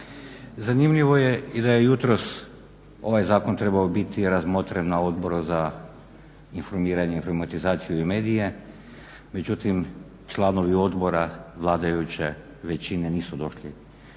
Zanimljivo je i da je jutros ovaj zakon trebao biti razmotren na Odboru za informiranje, informatizaciju i medije, međutim članovi odbora vladajuće većine nisu došli